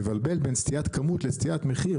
מבלבל בין סטיית כמות לסטיית מחיר,